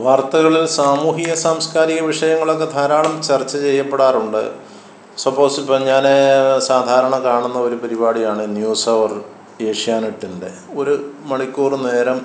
വാർത്തകൾ സാമൂഹിക സാംസ്കാരിക വിഷയങ്ങളൊക്കെ ധാരാളം ചർച്ച ചെയ്യപ്പെടാറുണ്ട് സപ്പോസ് ഇപ്പം ഞാൻ സാധാരണ കാണുന്ന ഒരു പരിപാടിയാണ് ന്യൂസ് അവർ ഏഷ്യാനെറ്റിൻ്റെ ഒരു മണിക്കൂറ് നേരം